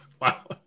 Wow